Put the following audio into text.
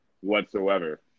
whatsoever